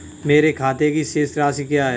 मेरे खाते की शेष राशि क्या है?